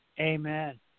Amen